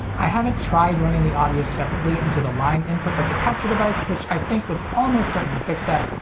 i haven't tried running the audio separately into the line-input of the capture device which i think would almost certainly fix that,